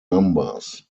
numbers